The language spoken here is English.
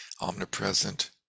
Omnipresent